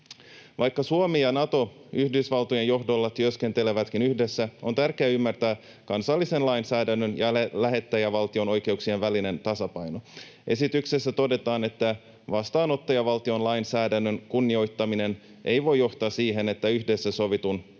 Vaikka Suomi ja Nato Yhdysvaltojen johdolla työskentelevätkin yhdessä, on tärkeää ymmärtää kansallisen lainsäädännön ja lähettäjävaltion oikeuksien välinen tasapaino. Esityksessä todetaan, että vastaanottajavaltion lainsäädännön kunnioittaminen ei voi johtaa siihen, että yhdessä sovitun toiminnan